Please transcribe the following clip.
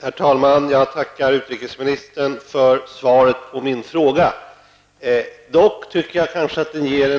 Herr talman! Jag tackar utrikesministern för svaret på min fråga. Jag tycker dock kanske att den ger